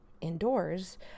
indoors